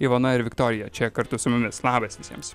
ivona ir viktorija čia kartu su mumis labas visiems